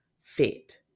fit